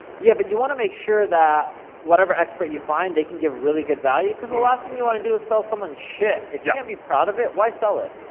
yeah, but you wanna make sure that whatever expert you find, they can give really good value. cause the last thing you wanna do is sell someone shit. if you can't be proud of it, why sell it?